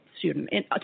student